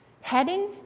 heading